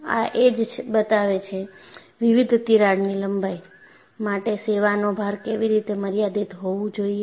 આ એ જ બતાવે છે વિવિધ તિરાડની લંબાઈ માટે સેવાનો ભાર કેવી રીતે મર્યાદિત હોવું જોઈએ